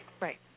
Right